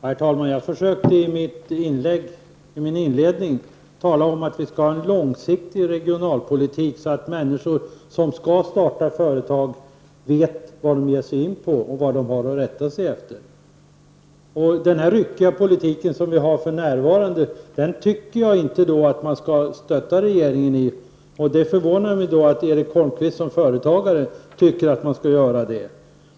Herr talman! Jag försökte i mitt inledningsanförande tala om att vi skall ha en långsiktig regionalpolitik, så att människor som skall starta företag vet vad de ger sig in på och vad de har att rätta sig efter. Den ryckiga politik som vi har för närvarande tycker jag inte att man skall ge regeringen sitt stöd för. Det förvånar mig att Erik Holmkvist som företagare tycker att man skall göra det.